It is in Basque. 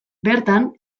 bertan